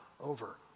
over